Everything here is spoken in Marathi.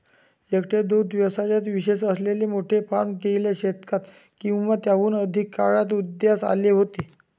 एकट्या दुग्ध व्यवसायात विशेष असलेले मोठे फार्म गेल्या शतकात किंवा त्याहून अधिक काळात उदयास आले आहेत